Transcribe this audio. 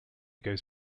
goes